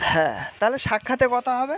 হ্যাঁ তাহলে সাক্ষাতে কথা হবে